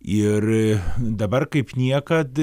ir dabar kaip niekad